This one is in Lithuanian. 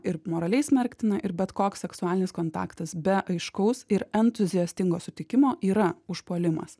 ir moraliai smerktina ir bet koks seksualinis kontaktas be aiškaus ir entuziastingo sutikimo yra užpuolimas